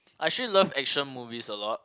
I actually love action movies a lot